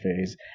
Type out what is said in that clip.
phase